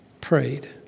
prayed